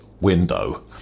window